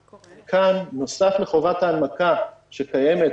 כאן, נוסף לחובת ההנמקה שקיימת